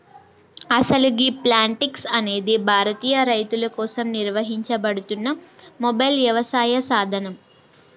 అసలు గీ ప్లాంటిక్స్ అనేది భారతీయ రైతుల కోసం నిర్వహించబడుతున్న మొబైల్ యవసాయ సాధనం